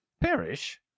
Perish